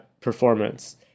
performance